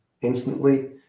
instantly